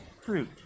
fruit